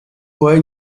puede